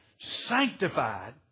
sanctified